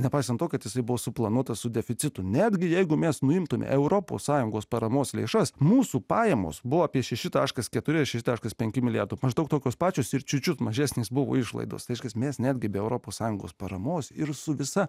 nepaisant to kad jisai buvo suplanuotas su deficitu netgi jeigu mes nuimtumėme europos sąjungos paramos lėšas mūsų pajamos buvo apie šeši taškas keturi šeši taškas penki milijardo maždaug tokios pačios ir čiučiut mažesnės buvo išlaidos iš esmės netgi be europos sąjungos paramos ir su visa